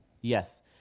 Yes